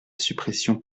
suppression